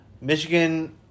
Michigan